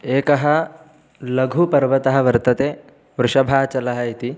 एकः लघुपर्वतः वर्तते वृषभाचलः इति